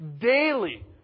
daily